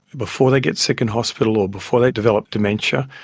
before they get sick in hospital or before they develop dementia.